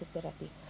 therapy